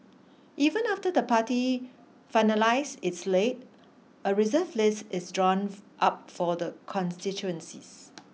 even after the party finalise its slate a reserve list is drawn up for the constituencies